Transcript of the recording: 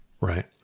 Right